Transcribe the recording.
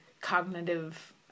cognitive